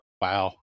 Wow